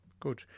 Good